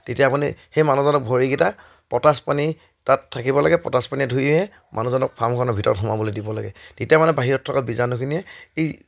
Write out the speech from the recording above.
তেতিয়া আপুনি সেই মানুহজনক ভৰিকেইটা পটাচ পানী তাত থাকিব লাগে পটাচ পানী ধুইহে মানুহজনক ফাৰ্মখনৰ ভিতৰত সোমাবলৈ দিব লাগে তেতিয়া মানে বাহিৰত থকা বীজাণুখিনিয়ে এই